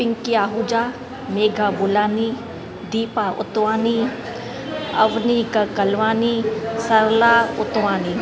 Pinky Ahuja Megha Bolani Deepa Utwani Avani Kalwani Sarla Utwani